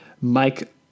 Mike